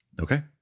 Okay